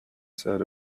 said